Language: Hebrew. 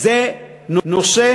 זה נושא